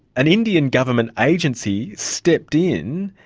an indian government agency stepped in,